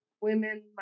women